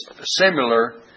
similar